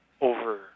over